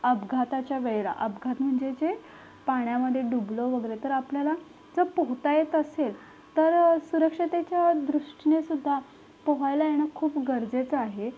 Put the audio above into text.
अपघाताच्या वेळेला अपघात म्हणजे जे पाण्यामध्ये डुबलं वगैरे तर आपल्याला जर पोहता येत असेल तर सुरक्षितेच्या दृष्टीनेसुद्दा पोहायला येणं खूप गरजेचं आहे